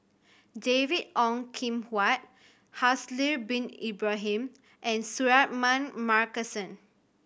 David Ong Kim Huat Haslir Bin Ibrahim and Suratman Markasan